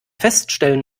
feststellen